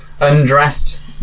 undressed